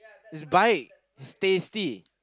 is right is tasty